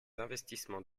investissements